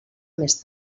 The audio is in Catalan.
més